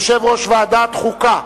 יושב-ראש ועדת החוקה,